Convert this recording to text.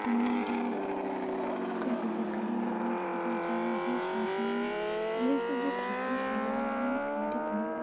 ପନିର୍ କୋବି ତରକାରି ହେଉ କି ଭଜା ଭୁଜି ସନ୍ତୁଳା ଏହିସବୁ ଖାଦ୍ୟ ସବୁବେଳେ ଆମେ ତିଆରି କରୁ